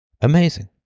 Amazing